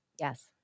Yes